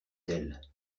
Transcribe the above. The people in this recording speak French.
tel